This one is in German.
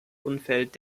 umfeld